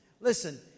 Listen